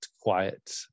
quiet